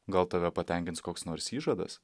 gal tave patenkins koks nors įžadas